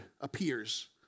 appears